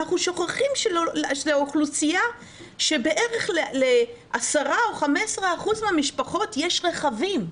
אנחנו שוכחים שזו אוכלוסייה שבערך ל-10% או 15% יש רכבים.